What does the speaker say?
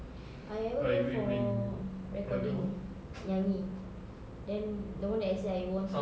I ever go for recording nyanyi then the one that I say I won